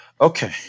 Okay